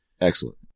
Excellent